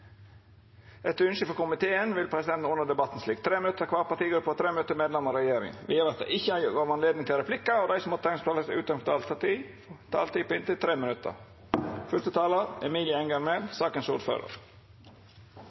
vil presidenten ordna debatten slik: 3 minutt til kvar partigruppe og 3 minutt til medlemer av regjeringa. Vidare vil det ikkje verta gjeve anledning til replikkar, og dei som måtte teikna seg på talarlista utover den fordelte taletida, får òg ei taletid på inntil 3 minutt.